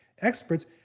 experts